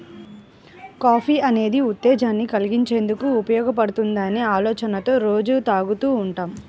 coffee అనేది ఉత్తేజాన్ని కల్గించేందుకు ఉపయోగపడుతుందనే ఆలోచనతో రోజూ తాగుతూ ఉంటాం